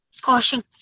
caution